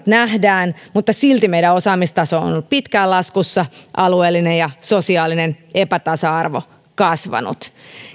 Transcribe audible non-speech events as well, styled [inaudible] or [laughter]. [unintelligible] nähdään mutta silti meidän osaamistaso on on ollut pitkään laskussa alueellinen ja sosiaalinen epätasa arvo kasvanut